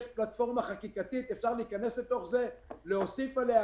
יש פלטפורמה חקיקתית ואפשר להיכנס לתוך זה ולהוסיף עליה